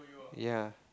ya